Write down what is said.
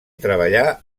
treballà